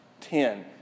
Ten